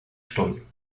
stunden